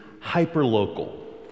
hyper-local